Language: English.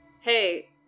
Hey